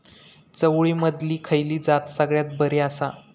चवळीमधली खयली जात सगळ्यात बरी आसा?